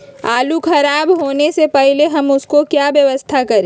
आलू खराब होने से पहले हम उसको क्या व्यवस्था करें?